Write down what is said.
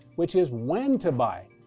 which is when to buy.